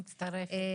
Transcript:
אני מצטרפת לדבריך.